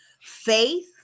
faith